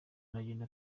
baragenda